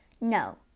No